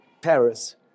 Paris